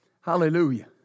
Hallelujah